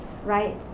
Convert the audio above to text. Right